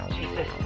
Jesus